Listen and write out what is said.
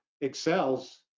excels